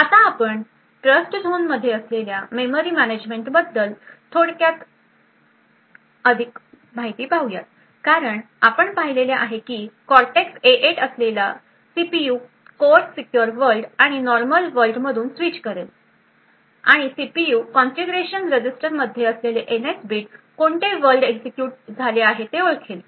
आता आपण ट्रस्टझोन मध्ये असलेल्या मेमरी मॅनेजमेन्ट बद्दल थोडक्यात अधिक माहिती पाहुयात कारण आपण पाहिले आहे की कॉर्टेक्स ए 8 असलेला सीपीयू कोर सीक्युर वर्ल्ड आणि नॉर्मल वर्ल्ड मधून स्विच करेल आणि सीपीयू कॉन्फिगरेशन रजिस्टरमध्ये असलेले एनएस बिट कोणते वर्ल्ड एक्झिक्युट झाले आहे ते ओळखेल